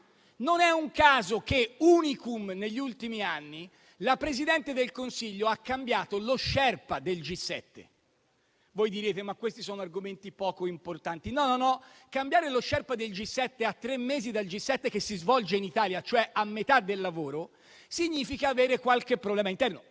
Non è un caso che, *unicum* negli ultimi anni, la Presidente del Consiglio abbia cambiato lo sherpa del G7. Voi direte che questi però sono argomenti poco importanti. No, cambiare lo sherpa del G7 a tre mesi dal G7 che si svolge in Italia, cioè a metà del lavoro, significa avere qualche problema interno.